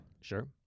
Sure